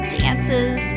dances